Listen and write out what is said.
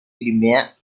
crimea